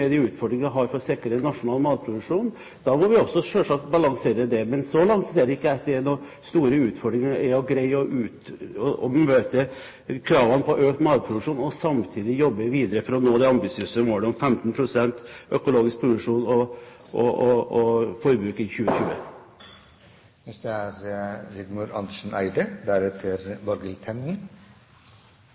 de utfordringene vi har for å sikre nasjonal matproduksjon, og da må vi også balansere det. Men så langt ser ikke jeg at det er noen store utfordringer i å greie å møte kravene om økt matproduksjon, og samtidig jobbe videre for å nå det ambisiøse målet om 15 pst. økologisk produksjon og forbruk i 2020. I Nationen 27. mai står det, som sikkert statsråden har merket seg, at 16 000 bønder er